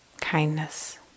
Kindness